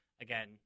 again